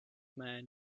man